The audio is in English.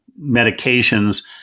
medications